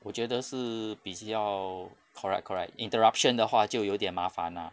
我觉得是比较 correct correct interruption 的话就有点麻烦 ah